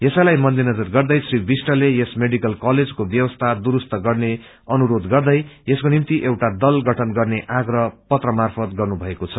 यसैलाई मध्यनजर गर्दै श्री विष्टले यस मेडिकल कलेजको व्यवस्था दुरूस्त गर्ने अनुरोध गर्दै यसको निम्ति एउआ दल गठन गर्ने आग्रह पत्रमा गर्नु भकऐ छ